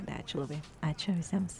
ačiū labai ačiū visiems